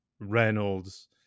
Reynolds